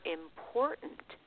important